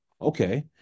Okay